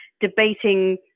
debating